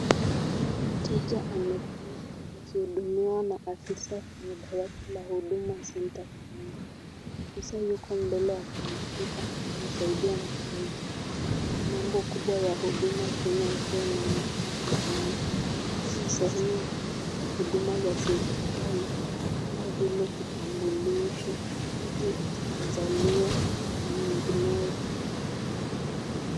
Mteja ameketi akihudumiwa na afisa kwenye dawati la Huduma Centre. Afisa yuko mbele ya kompyuta kumsaidia mteja. Maandiko makubwa ya "Huduma Kenya" ikiwa imeandikwa mezani. Hii ni sehemu ya kupokea Huduma za serikali kama vile kitambulisho, cheti cha kuzaliwa na nyinginezo.